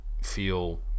feel